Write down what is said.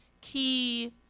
key